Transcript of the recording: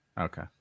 Okay